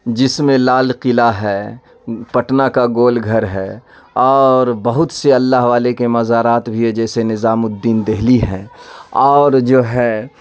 جس میں لال قلعہ ہے پٹنہ کا گول گھر ہے اور بہت سے اللہ والے کے مزارات بھی ہے جیسے نظام الدین دہلی ہے اور جو ہے